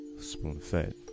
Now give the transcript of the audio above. spoon-fed